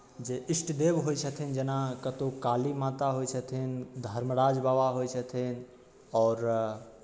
जे इष्टदेव होइ छथिन जेना कतहु काली माता होइ छथिन धर्मराज बाबा होइ छथिन आओर